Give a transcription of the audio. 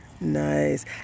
Nice